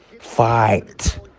fight